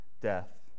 death